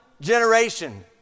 generation